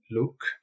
look